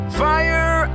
fire